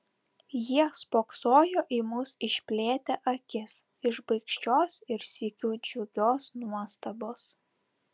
jie spoksojo į mus išplėtę akis iš baikščios ir sykiu džiugios nuostabos